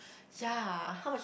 yea